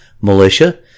Militia